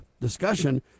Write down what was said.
discussion